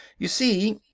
you see.